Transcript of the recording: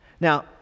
Now